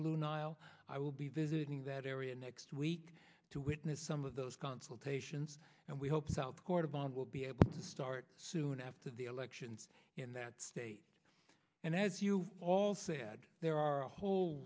blue nile i will be visiting that area next week to witness some of those consultations and we hope south kordofan will be able to start soon after the elections in that state and as you all said there are a whole